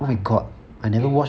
but